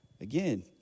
again